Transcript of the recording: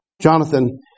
Jonathan